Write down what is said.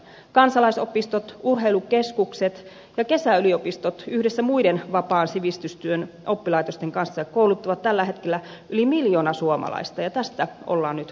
kansalaisopistot urheilukeskukset ja kesäyliopistot yhdessä muiden vapaan sivistystyön oppilaitosten kanssa kouluttavat tällä hetkellä yli miljoona suomalaista ja tästä ollaan nyt karsimassa